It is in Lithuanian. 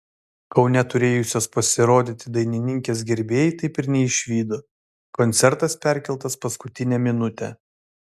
kaune turėjusios pasirodyti dainininkės gerbėjai taip ir neišvydo koncertas perkeltas paskutinę minutę